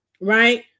Right